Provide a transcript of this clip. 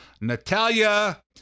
Natalia